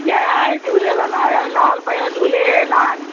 जय झूलेलाल आयो लाल कयो झूलेलाल